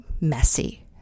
messy